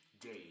day